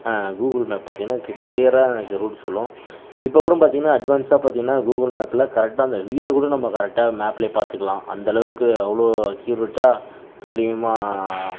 Google map பாத்தீங்கனா கிளீயராக எனக்கு ரூட் சொல்லும் இப்பகூடம் பார்த்தீங்கனா அட்வான்ஸாக பார்த்தீங்கனா கூகுள் மேப்பில் கரெக்டாக அந்த வீடுகூட நம்ம கரெக்டாக மேப்பிலே பார்த்துக்குலாம் அந்தளவுக்கு அவ்வளோ அக்யூரெட்டாக துல்லியமாக